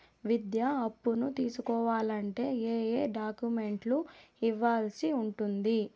విద్యా అప్పును తీసుకోవాలంటే ఏ ఏ డాక్యుమెంట్లు ఇవ్వాల్సి ఉంటుంది